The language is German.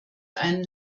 einen